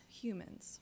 humans